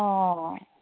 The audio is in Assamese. অ